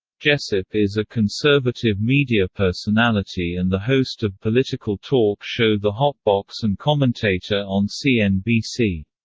jessup is a conservative media personality and the host of political talk-show the hot-box and commentator on cnbc.